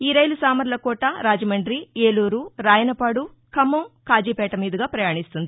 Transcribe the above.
ఈ రైలు సామర్లకోట రాజమండి ఏలూరు రాయసపాడు ఖమ్మం ఖాజీపేట మీదుగా ప్రయాణిస్తుంది